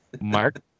Mark